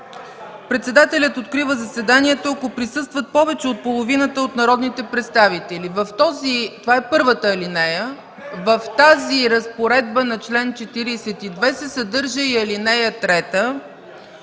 председателят открива заседанието, ако присъстват повече от половината от народните представители. Това е първата алинея. В тази разпоредба на чл. 42 се съдържа и ал. 3,